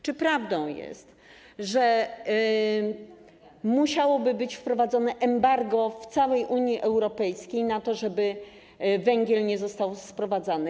Czy prawdą jest, że musiałoby być wprowadzone embargo w całej Unii Europejskiej po to, żeby węgiel nie był sprowadzany?